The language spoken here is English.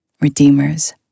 redeemers